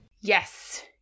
Yes